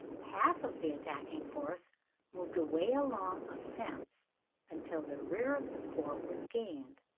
half of the attacking force moved away along a fence until the rear of the fort was gained.